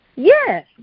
Yes